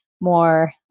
more